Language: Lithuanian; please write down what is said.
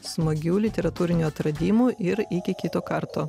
smagių literatūrinių atradimų ir iki kito karto